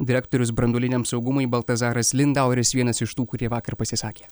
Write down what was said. direktorius branduoliniam saugumui baltazaras lindaueris vienas iš tų kurie vakar pasisakė